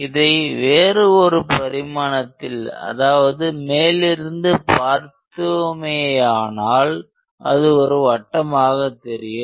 இதை வேறு ஒரு பரிமாணத்தில் அதாவது மேலிருந்து பார்த்தோமேயானால் அது ஒரு வட்டமாக தெரியும்